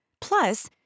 Plus